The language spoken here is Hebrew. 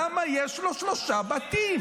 למה יש לו שלושה בתים?